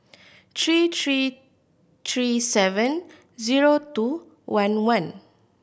three three three seven zero two one one